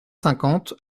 cinquante